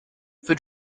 for